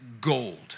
gold